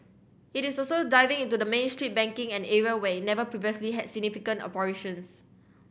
it is also diving into the Main Street banking an area where never previously had significant operations